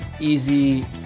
easy